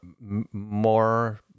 more